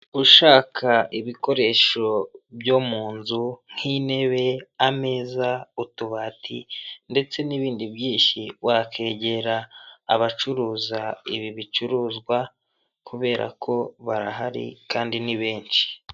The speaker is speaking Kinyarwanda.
Abagabo batatu aho bicaye umwuka umwe akaba yambaye ikote ry'umukara ndetse akaba yambayemo n'ishati y'ubururu, abandi babiri bakaba bambaye amashati y'mweru, aho buri wese hari akarangururamajwi imbere ye wo hagati akaba ari we uri kuvuga.